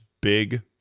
big